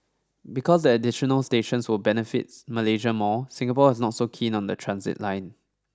because the additional stations will benefits Malaysia more Singapore is not so keen on the transit line